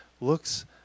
looks